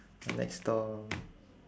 next door